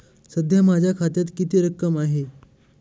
सध्या माझ्या खात्यात किती रक्कम आहे?